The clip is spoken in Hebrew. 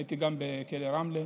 הייתי גם בכלא רמלה,